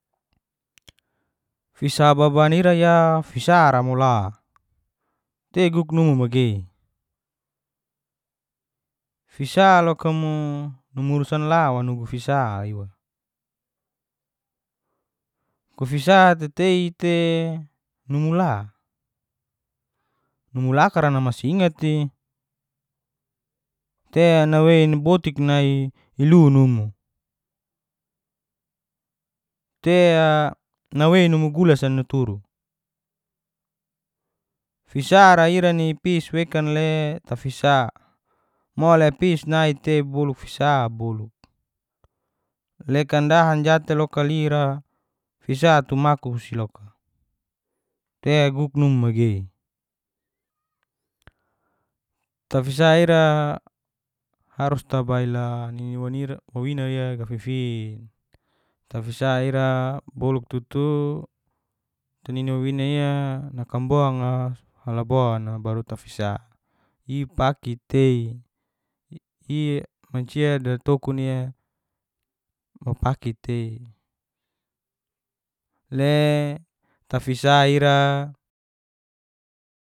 Fisa baban iraya fisara mola, tei guk numu magei. Fisa lokamo numu urusan la wa nugu fisa iwa, kufisa te teite numu la. Numu lakara namasingati, tea nawei botiknai ilu numu, tea nawei numu gulasa naturu. Fisara ira ni pias wekan le tafisa mole pis nai tei boluk fisa boluk, lekan dahan jateloka lira fisa tu maku si loka. Tea guk numu magei, tafisa ira harus wawinaia gafifin. Tafisa ir boluk tutu nini wawinaia nakambonga falabona baru tafisa ipakitei imancia datokunia kaupaki tei. Le tafis ira.